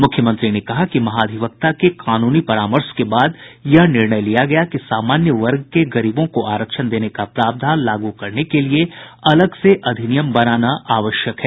मुख्यमंत्री ने कहा कि महाधिवक्ता के कानूनी परामर्श के बाद यह निर्णय लिया गया कि सामान्य वर्ग के गरीबों को आरक्षण देने का प्रावधान लागू करने के लिये अलग से अधिनियम बनाना आवश्यक है